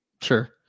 Sure